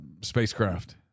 spacecraft